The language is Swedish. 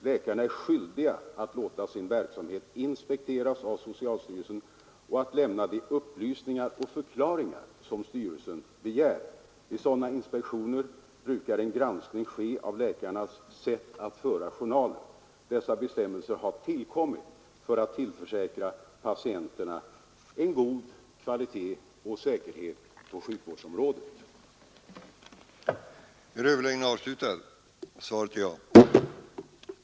Läkarna är skyldiga att låta sin verksamhet inspekteras av socialstyrelsen och att lämna de upplysningar och förklaringar som socialstyrelsen begär. Vid sådana inspektioner brukar en granskning ske av läkarnas sätt att föra journaler. Dessa bestämmelser har tillkommit för att tillförsäkra patienterna en god kvalitet och säkerhet inom den privata läkarvården.